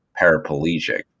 paraplegic